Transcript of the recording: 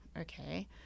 okay